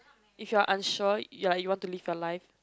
if you're unsure you're you want to live your life